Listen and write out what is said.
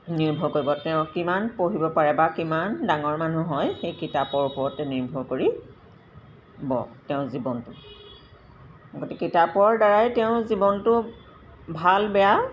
নিৰ্ভৰ কৰিব তেওঁ কিমান পঢ়িব পাৰে বা কিমান ডাঙৰ মানুহ হয় সেই কিতাপৰ ওপৰতে নিৰ্ভৰ কৰিব তেওঁৰ জীৱনটো গতিকে কিতাপৰ দ্বাৰাই তেওঁ জীৱনটো ভাল বেয়া